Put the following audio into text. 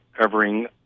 covering